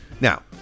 now